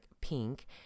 pink